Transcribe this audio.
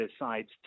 decides